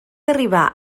arribar